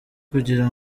kugira